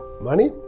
money